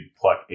pluck